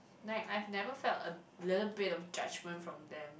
like I've never felt a little bit of judgment from them